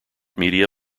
media